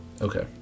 Okay